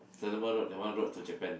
Solomon-Road that one road to Japan ah